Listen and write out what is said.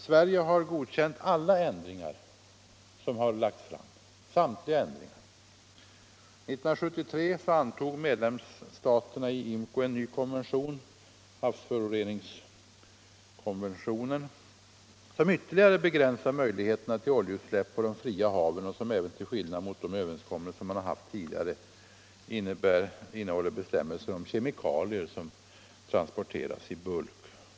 Sverige har godkänt samtliga ändringar som har lagts fram. År 1973 antog medlemsstaterna i IMCO en ny konvention, den s.k. havsföroreningskonventionen, som ytterligare begränsar möjligheterna till oljeutsläpp på de fria haven och som även -— till skillnad mot tidigare överenskommelser — innehåller bestämmelser om kemikalier som transporteras i bulk.